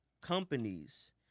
companies